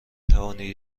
توانی